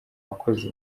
bakozi